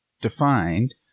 defined